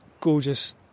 gorgeous